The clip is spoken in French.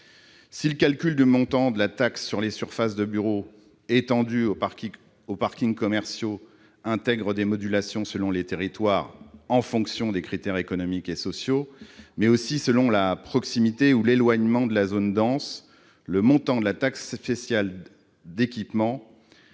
Si le calcul du montant de la taxe sur les surfaces de bureau, étendue aux parkings commerciaux, intègre des modulations selon les territoires en fonction de critères économiques et sociaux, ainsi que selon la proximité ou l'éloignement de la zone dense, le montant de la taxe spéciale d'équipement